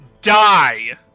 die